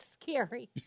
Scary